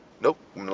Nope